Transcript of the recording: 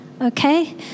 okay